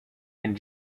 and